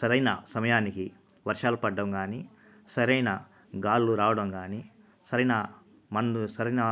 సరైన సమయానికి వర్షాలు పడడం కానీ సరైన గాలులు రావడం కానీ సరైన మన్ను సరైన